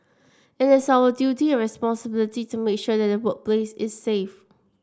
it is our duty and responsibility to make sure that the workplace is safe